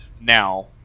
now